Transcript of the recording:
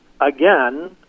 again